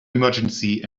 emergency